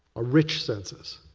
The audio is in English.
a rich census.